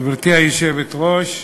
גברתי היושבת-ראש,